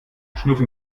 schnuffi